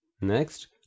next